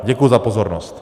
Děkuji za pozornost.